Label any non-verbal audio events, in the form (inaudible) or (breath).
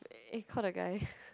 eh call the guy (breath)